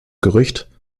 gerücht